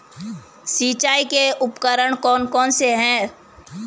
सिंचाई के उपकरण कौन कौन से हैं?